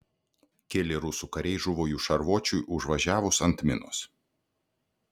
keli rusų kariai žuvo jų šarvuočiui užvažiavus ant minos